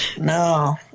no